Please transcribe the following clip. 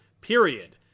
period